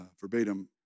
verbatim